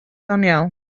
doniol